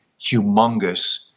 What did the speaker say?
humongous